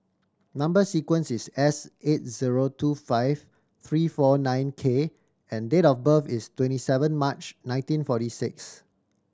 number sequence is S eight zero two five three four nine K and date of birth is twenty seven March nineteen forty six